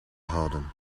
houden